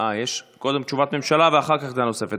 קודם תשובת ממשלה ואחר כך דעה נוספת.